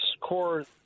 core